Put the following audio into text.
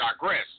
digress